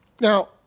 Now